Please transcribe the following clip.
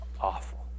Awful